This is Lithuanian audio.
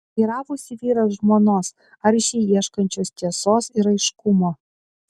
teiravosi vyras žmonos aršiai ieškančios tiesos ir aiškumo